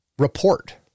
Report